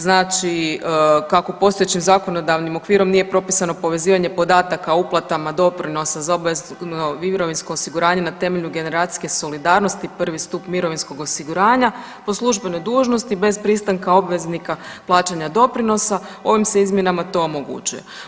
Znači, kako postojećim zakonodavnim okvirom nije propisano povezivanje podataka o uplatama doprinosa za obvezno mirovinsko osiguranje na temelju generacijske solidarnosti, I. stup mirovinskog osiguranja po službenoj dužnosti, bez pristanka obveznika plaćanja doprinosa, ovim se izmjenama to omogućuje.